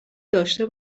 داشته